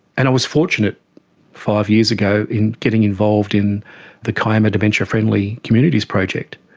and i was fortunate five years ago in getting involved in the kiama dementia friendly communities project.